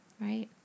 Right